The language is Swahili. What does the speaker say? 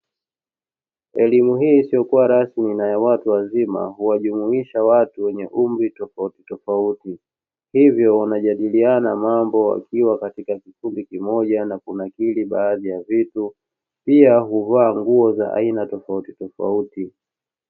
Elimu hii isiyo kuwa rasmi na ya watu wazima, huwajumuisha watu wenye umri tofauti tofauti, hivyo wanajadiliana mambo wakiwa katika kipindi kimoja na kunakili baadhi ya vitu, ila huvaa nguo za aina tofauti tofauti.